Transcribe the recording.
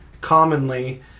commonly